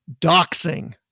Doxing